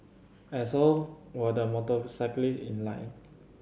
and so were the motorcyclist in line